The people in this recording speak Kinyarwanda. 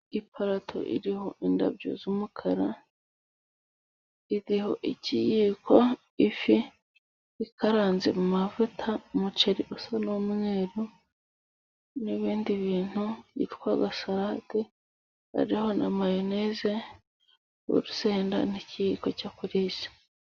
Iparato iriho indabyo z'umukara， iriho ikiyiko，ifi ikaranze mu mavuta，umuceri usa n'umweru，n'ibindi bintu byitwa sarade，biriho na mayonese， urusenda， n'ikiyiko cyo kurisha.